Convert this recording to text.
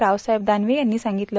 रावसाहेब दानवे यांनी सांगितलं